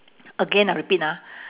again I repeat ah